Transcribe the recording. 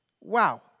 Wow